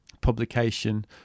publication